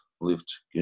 lift